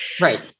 right